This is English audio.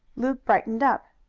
luke brightened up.